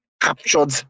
captured